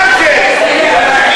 מה זה?